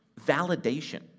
validation